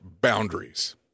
boundaries